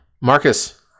marcus